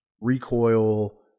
recoil